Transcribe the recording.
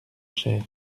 cher